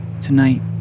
Tonight